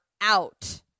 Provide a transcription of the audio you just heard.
out